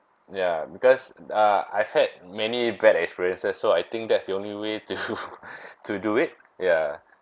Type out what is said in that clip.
ya because uh I've had many bad experiences so I think that's the only way to to do it ya